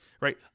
Right